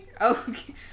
okay